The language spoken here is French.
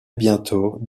bientôt